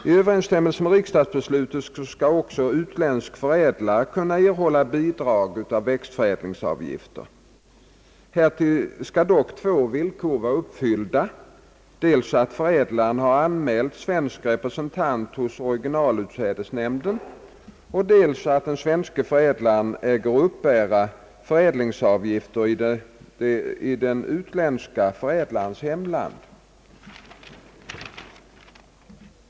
I överensstämmelse med riksdagsbeslut skall också utländsk förädlare kunna erhålla bidrag av växtförädlingsavgifter. Härvid skall dock två villkor vara uppfyllda, dels att förädlaren har anmält svensk representant hos originalutsädesnämnden, dels att svensk förädlare äger uppbära förädlingsavgift i den utländska förädlarens hemland.